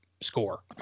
score